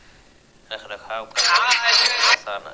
भांग एगो गतिशील फसल हइ जेकर खेती रख रखाव कटाई करेय आसन हइ